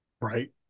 Right